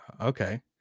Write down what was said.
Okay